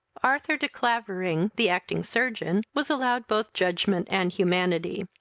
arthur de clavering, the acting surgeon, was allowed both judgment and humanity.